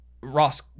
Ross